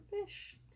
fish